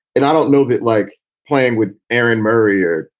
and i don't know that like playing with aaron murray or,